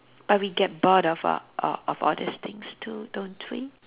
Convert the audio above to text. but we get bored of uh uh of all these things too don't we